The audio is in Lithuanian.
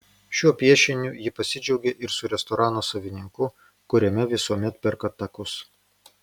šiuo piešiniu ji pasidžiaugė ir su restorano savininku kuriame visuomet perka takus